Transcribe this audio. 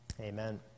Amen